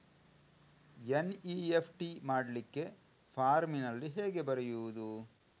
NEFT ಮಾಡ್ಲಿಕ್ಕೆ ಫಾರ್ಮಿನಲ್ಲಿ ಹೇಗೆ ಬರೆಯುವುದು?